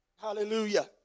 Hallelujah